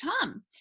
Tom